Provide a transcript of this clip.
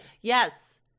Yes